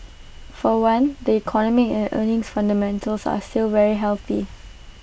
for one the economic and earnings fundamentals are still very healthy